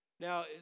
Now